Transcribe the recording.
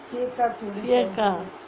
சியக்கா:siyakka